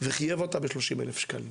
וחייב אותה ב-30,000 ₪.